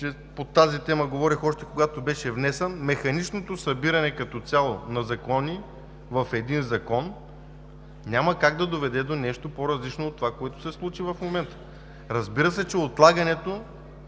че – по тази тема говорих още, когато беше внесен – като цяло механичното събиране на закони в един закон няма как да доведе до нещо по-различно от това, което се случи в момента. Разбира се, че отлагането